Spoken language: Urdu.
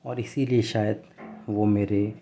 اور اسی لیے شاید وہ میرے